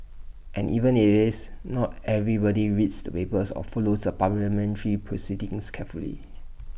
and even if IT is not everybody reads the papers or follows the parliamentary proceedings carefully